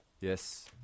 Yes